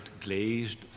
glazed